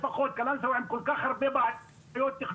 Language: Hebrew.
לפחות קלנסווה עם כל כך הרבה בעיות תכנוניות.